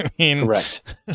Correct